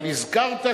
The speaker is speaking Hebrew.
אבל הזכרת,